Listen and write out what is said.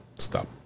stop